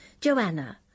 Joanna